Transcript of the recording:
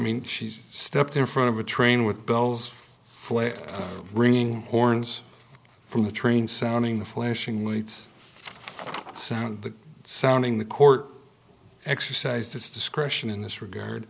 mean she stepped in front of a train with bells ringing horns from the train sounding the flashing lights sound the sounding the court exercise discretion in this regard